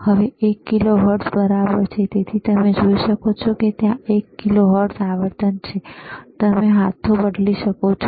તેથી હવે તે 1 કિલોહર્ટ્ઝ બરાબર છે તેથી તમે જોઈ શકો છો કે ત્યાં એક કિલોહર્ટ્ઝ આવર્તન છે તમે હાથો બદલી શકો છો